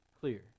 clear